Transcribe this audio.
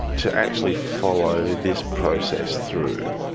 to actually follow this process through,